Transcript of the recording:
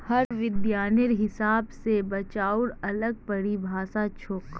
हर विद्वानेर हिसाब स बचाउर अलग परिभाषा छोक